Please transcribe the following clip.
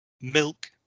milk